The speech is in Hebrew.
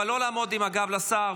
אבל לא לעמוד עם הגב לשר,